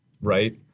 right